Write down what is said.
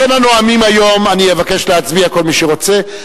אני מבקש להצביע, כל מי שרוצה.